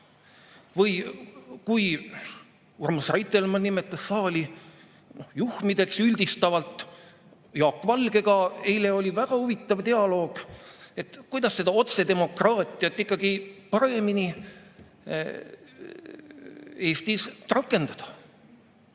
Ja Urmas Reitelmann nimetas saali juhmideks üldistavalt. Aga Jaak Valgega eile oli väga huvitav dialoog, kuidas seda otsedemokraatiat ikkagi paremini Eestis rakendada.